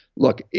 look,